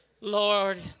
lord